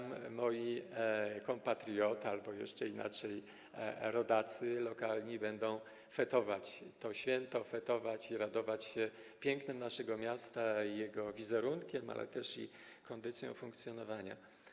Moi compatriots albo jeszcze inaczej: rodacy lokalni będą fetować to święto, fetować i radować się pięknem naszego miasta i jego wizerunkiem, ale też i kondycją funkcjonowania.